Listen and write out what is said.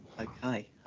okay